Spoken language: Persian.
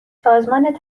سازمان